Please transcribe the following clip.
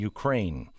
Ukraine